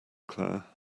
claire